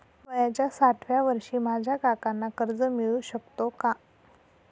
वयाच्या साठाव्या वर्षी माझ्या काकांना कर्ज मिळू शकतो का?